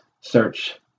Search